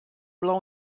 below